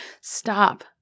Stop